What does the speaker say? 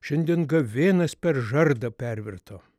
šiandien gavėnas per žardą pervirto